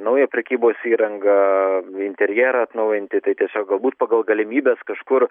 naują prekybos įrangą interjerą atnaujinti tai tiesiog galbūt pagal galimybes kažkur